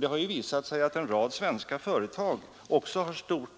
Det har också visat sig att en rad svenska företag